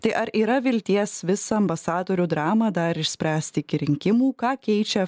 tai ar yra vilties visą ambasadorių dramą dar išspręsti iki rinkimų ką keičia